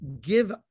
give